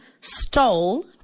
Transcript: Stole